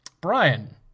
Brian